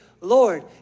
Lord